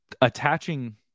attaching